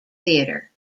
theater